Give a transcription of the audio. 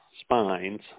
spines